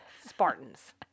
Spartans